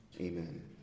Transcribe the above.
amen